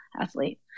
athlete